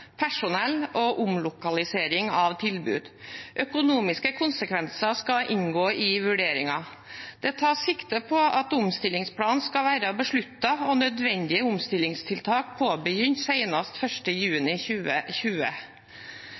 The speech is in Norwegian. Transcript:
personell og omlokalisering av tilbud. Økonomiske konsekvenser skal inngå i vurderingen. Det tas sikte på at omstillingsplan skal være besluttet og nødvendige omstillingstiltak påbegynt senest innen 1. juni 2020.